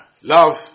love